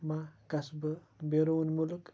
ما گَژھہٕ بہٕ بیرون مُلُک